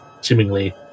seemingly